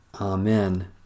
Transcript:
Amen